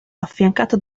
affiancato